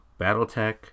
BattleTech